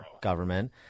government